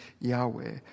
Yahweh